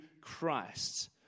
Christ